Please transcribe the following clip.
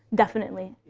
definitely.